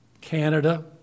Canada